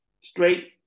straight